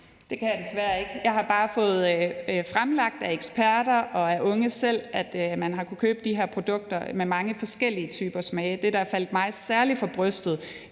Det kan jeg desværre ikke. Jeg har bare fået fremlagt af eksperter og af unge selv, at man har kunnet købe de her produkter med mange forskellige typer smage. Det, der faldt mig særlig for brystet,